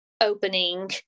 opening